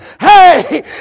hey